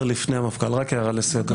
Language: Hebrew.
כולנו מכירים את זה, גם בלי לראות סרטונים.